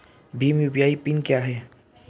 Bhim UPI pin क्या है?